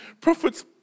prophets